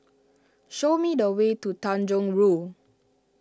show me the way to Tanjong Rhu